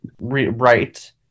right